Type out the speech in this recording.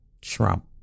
Trump